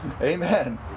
Amen